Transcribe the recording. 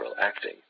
acting